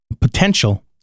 potential